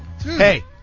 Hey